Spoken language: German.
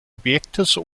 objektes